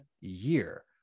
year